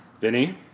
Vinny